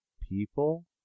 people